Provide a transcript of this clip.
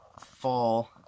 fall